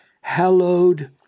Hallowed